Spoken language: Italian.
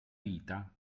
vita